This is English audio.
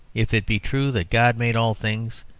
if it be true that god made all things,